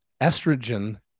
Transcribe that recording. estrogen